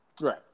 Right